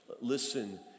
Listen